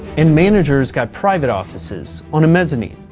and managers got private offices on a mezzanine.